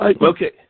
Okay